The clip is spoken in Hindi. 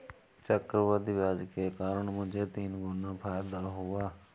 चक्रवृद्धि ब्याज के कारण मुझे तीन गुना फायदा हुआ